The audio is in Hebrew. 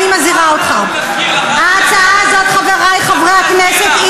אני לא, חבר הכנסת מוזס.